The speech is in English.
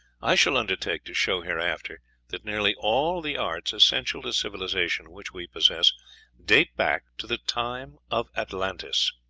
i shall undertake to show hereafter that nearly all the arts essential to civilization which we possess date back to the time of atlantis